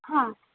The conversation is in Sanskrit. हा